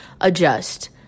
adjust